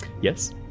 Yes